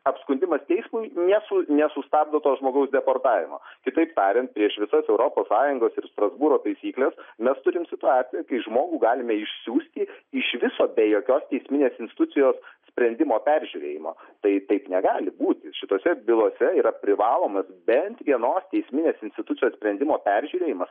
apskundimas teismui nesu nesustabdo to žmogaus deportavimo kitaip tariant prieš visas europos sąjungos ir strasbūro taisykles mes turim situaciją kai žmogų galime išsiųsti iš viso be jokios teisminės institucijos sprendimo peržiūrėjimo tai taip negali būti šitose bylose yra privalomas bent vienos teisminės institucijos sprendimo peržiūrėjimas